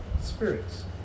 Spirits